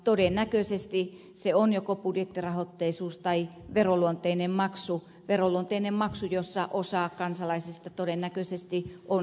todennäköisesti se on joko budjettirahoitteisuus tai veronluonteinen maksu veronluonteinen maksu jonka ulkopuolella osa kansalaisista on